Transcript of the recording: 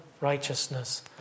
righteousness